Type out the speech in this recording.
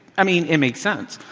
i mean it makes sense.